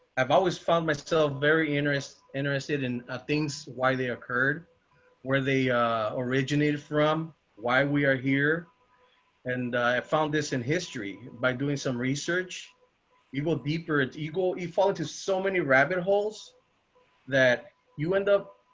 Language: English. i've always found myself very interest interested in ah things why they occurred where they originated from why we are here and i found this in history by doing some research you will deeper at eagle he fall into so many rabbit holes that you end up